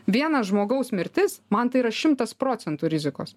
vieno žmogaus mirtis man tai yra šimtas procentų rizikos